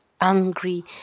angry